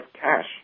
cash